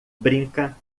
brinca